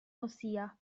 ossia